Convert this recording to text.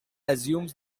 assumes